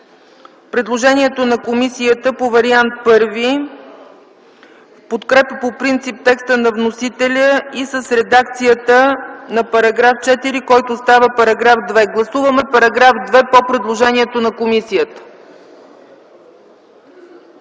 предложението на комисията по вариант І в подкрепа по принцип текста на вносителя и с редакцията на § 4, който става § 2. Гласуваме § 2 по предложението на комисията.